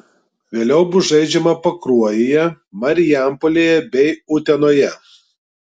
vėliau bus žaidžiama pakruojyje marijampolėje bei utenoje